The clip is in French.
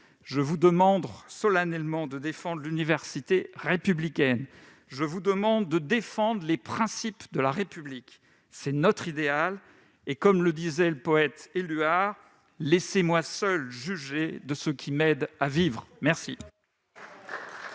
Je vous demande solennellement de défendre l'université républicaine. Je vous demande de défendre les principes de la République. C'est notre idéal et, comme l'écrivait le poète Paul Éluard :« Laissez-moi seul juger de ce qui m'aide à vivre. »